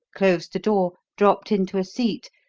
closed the door, dropped into a seat,